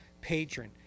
patron